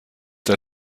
der